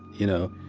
you know.